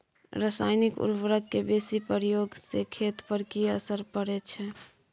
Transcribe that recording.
रसायनिक उर्वरक के बेसी प्रयोग से खेत पर की असर परै छै?